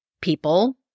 people